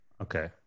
Okay